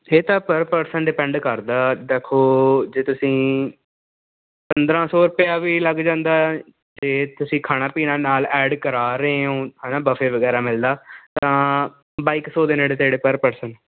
ਇਹ ਤਾਂ per person depend ਕਰਦਾ ਦੇਖੋ ਜੇ ਤੁਸੀਂ ਪੰਦਰਾਂ ਸੌ ਰੁਪਇਆ ਵੀ ਲੱਗ ਜਾਂਦਾ ਜੇ ਤੁਸੀਂ ਖਾਣਾ ਪੀਣਾ ਨਾਲ ਐਡ ਕਰਾ ਰਹੇ ਹੋ ਹੈ ਨਾ ਬਫੇ ਵਗੈਰਾ ਮਿਲਦਾ ਤਾਂ ਬਾਈ ਕੁ ਸੌ ਦੇ ਨੇੜੇ ਤੇੜੇ ਪਰ ਪਰਸਨ